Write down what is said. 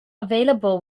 available